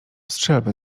strzelbę